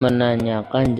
menanyakan